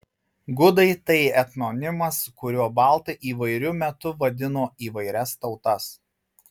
gudai tai etnonimas kuriuo baltai įvairiu metu vadino įvairias tautas